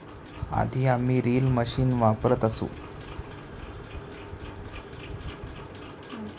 आधी आम्ही reel machine वापरत असू